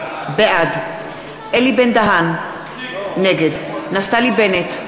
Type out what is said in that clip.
בעד אלי בן-דהן, נגד נפתלי בנט,